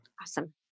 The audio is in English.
Awesome